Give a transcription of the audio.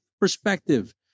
perspective